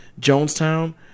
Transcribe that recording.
Jonestown